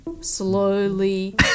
slowly